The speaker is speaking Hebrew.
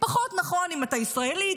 פחות נכון אם אתה ישראלי,